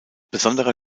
besonderer